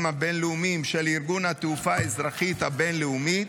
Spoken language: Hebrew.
הבין-לאומיים של ארגון התעופה האזרחית הבין-לאומי,